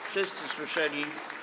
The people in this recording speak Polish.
Wszyscy słyszeli.